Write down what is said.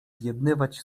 zjednywać